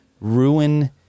ruin